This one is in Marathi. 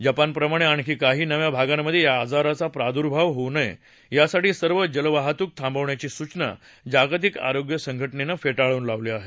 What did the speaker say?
जपानप्रमाणे आणखी काही नव्या भागांमधे या आजाराचा प्रादुर्भाव होऊ नये यासाठी सर्व जहाजवाहतूक थांबवण्याची सूचना जागतिक आरोग्य संघ जेनं फे ळून लावली आहे